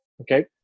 Okay